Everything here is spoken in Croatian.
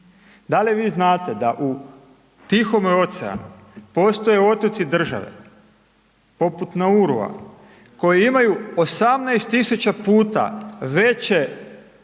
Da li vi znate da u Tihom oceanu postoje otoci države poput Naurua koji imaju 18.000 puta veće,